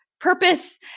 purpose